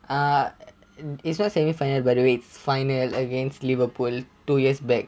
ah it's not semi finals by the way it's final against liverpool two years back